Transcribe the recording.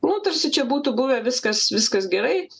nu tarsi čia būtų buvę viskas viskas gerai